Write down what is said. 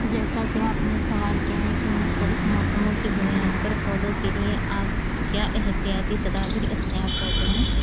جیسا کہ آپ نے سوال کیا ہے کہ مختلف موسموں کی بنیاد پر پودوں کے لیے آپ کیا احتیاطی تدابیر اختیار کرتے ہیں